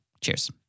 Cheers